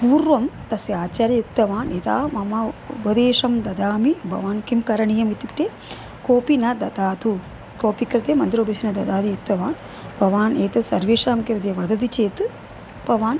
पूर्वं तस्य आचार्ययुक्तवान् यदा मम उपदेशं ददामि भवान् किं करणीयम् इत्युक्ते कोपि न ददातु कोऽपि कृते मन्दिर उपदेशं न ददाति उक्तवान् भवान् एतत् सर्वेषां कृते वदति चेत् भवान्